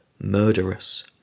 Murderous